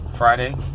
Friday